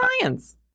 science